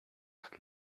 ist